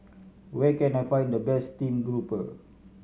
where can I find the best steamed grouper